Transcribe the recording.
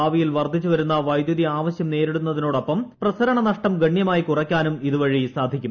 ഭാവിയിൽ വർദ്ധിച്ച വൈദ്യുതി ആവശ്യം നേരിടുന്നതോടൊപ്പം പ്രസരണ നഷ്ടം ഗണ്യമായി കുറയ്ക്കാനും ഇതുവഴി സാധിക്കും